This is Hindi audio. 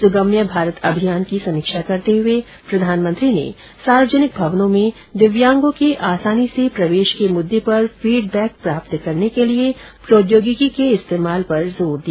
सुगम्य भारत अभियान की समीक्षा करते हुए प्रधानमंत्री ने सार्वजनिक भवनों में दिव्यांगों के आसानी से प्रवेश के मुद्दे पर फीड बैक प्राप्त करने के लिए प्रौद्योगिकी के इस्तेमाल पर जोर दिया